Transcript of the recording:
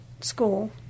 school